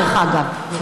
דרך אגב,